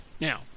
Now